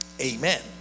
amen